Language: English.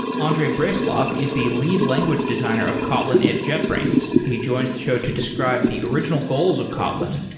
andrey breslav is the lead language designer of kotlin at jetbrains. he joins the show to describe the original goals of kotlin,